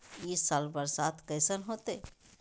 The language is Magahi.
ई साल बरसात कैसन होतय?